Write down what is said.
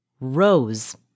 rose